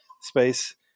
space